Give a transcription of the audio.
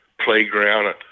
playground